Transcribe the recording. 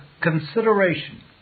consideration